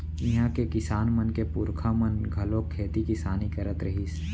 इहां के किसान मन के पूरखा मन घलोक खेती किसानी करत रिहिस